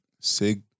sig